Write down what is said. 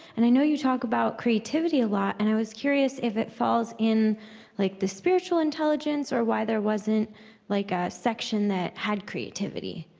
and i know you talk about creativity a lot. and i was curious if it falls in like the spiritual intelligence, or why there wasn't like a section that had creativity,